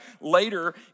later